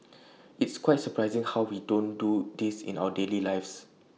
it's quite surprising how we don't do this in our daily lives